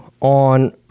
on